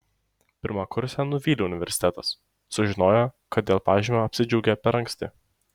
pirmakursę nuvylė universitetas sužinojo kad dėl pažymio apsidžiaugė per anksti